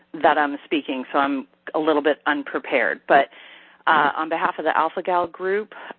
that i'm speaking, so i'm a little bit unprepared. but on behalf of the alpha-gal group,